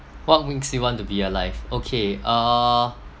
what makes you want to be alive okay err